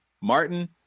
Martin